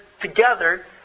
together